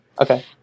okay